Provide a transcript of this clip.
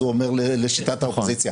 אז הוא אומר לשיטת האופוזיציה.